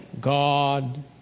God